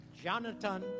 Jonathan